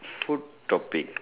food topic